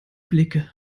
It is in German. blicke